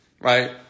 right